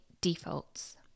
defaults